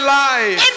life